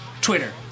Twitter